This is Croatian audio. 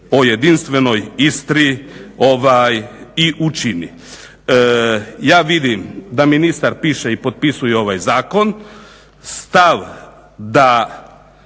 o jedinstvenoj Istri i učini. Ja vidim da ministar piše i potpisuje ovaj zakon, stav da,